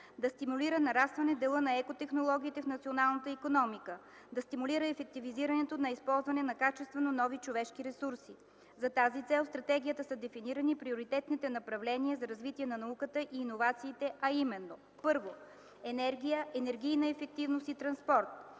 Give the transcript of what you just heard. да стимулира нарастване дела на екотехнологиите в националната икономика; - да стимулира ефективизирането на използване на качествено нови човешки ресурси. За тази цел в стратегията са дефинирани приоритетните направления за развитие на науката и иновациите, а именно: 1. Енергия, енергийна ефективност и транспорт,